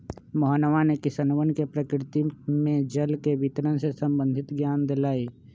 मोहनवा ने किसनवन के प्रकृति में जल के वितरण से संबंधित ज्ञान देलय